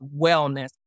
wellness